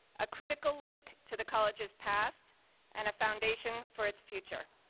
a critical link to the colleges past and a foundation for its future.